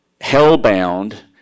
hell-bound